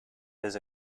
his